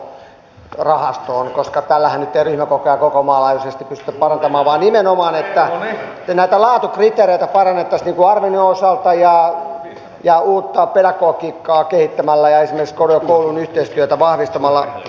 tällähän nyt ei ryhmäkokoja koko maan laajuisesti pystytä parantamaan vaan nimenomaan näitä laatukriteereitä parannettaisiin arvioinnin osalta ja uutta pedagogiikkaa kehittämällä ja esimerkiksi korkeakoulujen yhteistyötä vahvistamalla